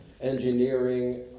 engineering